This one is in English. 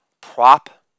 prop